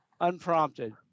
unprompted